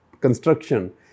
construction